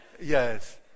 Yes